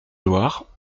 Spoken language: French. loire